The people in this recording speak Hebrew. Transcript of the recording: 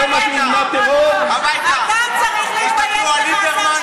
לעשות אותו הדבר ביהודה ושומרון,